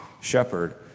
shepherd